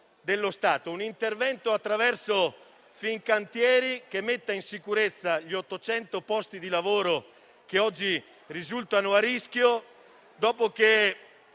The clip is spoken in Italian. dello Stato, attraverso Fincantieri, che metta in sicurezza gli 800 posti di lavoro che oggi risultano a rischio. Ricordo